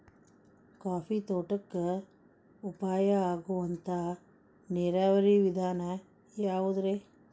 Coffee ತೋಟಕ್ಕ ಉಪಾಯ ಆಗುವಂತ ನೇರಾವರಿ ವಿಧಾನ ಯಾವುದ್ರೇ?